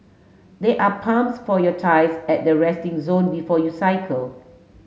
there are pumps for your tyres at the resting zone before you cycle